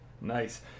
Nice